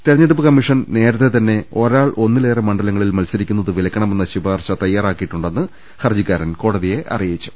തിരഞ്ഞെടുപ്പ് കമ്മിഷൻ നേരത്തെത്തന്നെ ഒരാൾ ഒന്നിലേറെ മണ്ഡലങ്ങളിൽ മത്സരിക്കുന്നത് വിലക്കണമെന്ന് ശുപാർശ തയ്യാറാക്കി യിട്ടുണ്ടെന്ന് ഹർജിക്കാരൻ കോടതിയെ അറിയിച്ചു